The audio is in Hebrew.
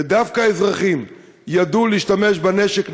ודווקא אזרחים ידעו להשתמש בנשק נכון.